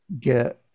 get